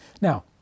Now